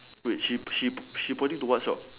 wait she she pointing to what shop